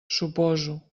suposo